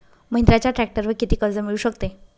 महिंद्राच्या ट्रॅक्टरवर किती कर्ज मिळू शकते?